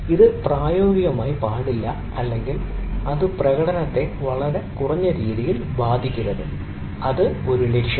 അത് പ്രായോഗികമായി പാടില്ല അല്ലെങ്കിൽ അത് പ്രകടനത്തെ വളരെ കുറഞ്ഞ രീതിയിൽ ബാധിക്കരുത് അതിനാൽ അത് ഒരു ലക്ഷ്യമാണ്